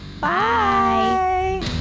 Bye